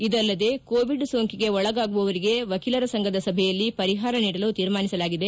ಇದಲ್ಲದೇ ಕೋವಿಡ್ ಸೋಂಕಿಗೆ ಒಳಗಾಗುವವರಿಗೆ ವಕೀಲರ ಸಂಘದ ಸಭೆಯಲ್ಲಿ ಪರಿಹಾರ ನೀಡಲು ತೀರ್ಮಾನಿಸಲಾಗಿದೆ